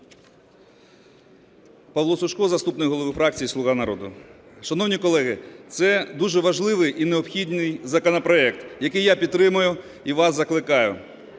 Павло Сушко, заступник голови фракції "Слуга народу". Шановні колеги, це дуже важливий і необхідний законопроект, який я підтримую і вас закликаю.